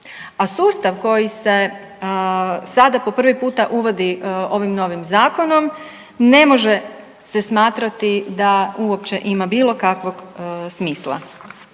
a sustav koji se sada po prvi puta uvodi ovim novim zakonom ne može se smatrati da uopće ima bilo kakvog smisla.